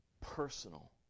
personal